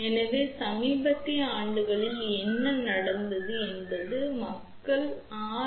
எனவே சமீபத்திய ஆண்டுகளில் என்ன நடந்தது என்பது மக்கள் ஆர்